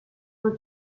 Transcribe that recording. her